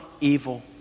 evil